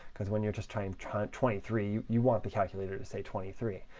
because when you're just trying trying twenty three, you want the calculator to say twenty three.